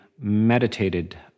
meditated